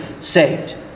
saved